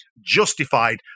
justified